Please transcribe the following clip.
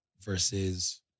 versus